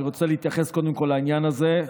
ואני רוצה להתייחס קודם כול לעניין הזה.